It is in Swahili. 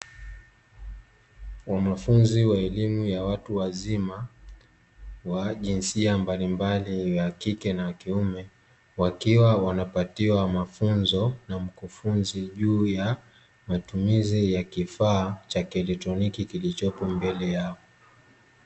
Wanafunzi wa elimu ya watu wazima wa jinsia mbalimbali ya kike na kiume, wakiwa wanapatiwa mafunzo na mkufunzi juu ya matumizi ya kifaa cha kielektroniki kilichopo mbele yao.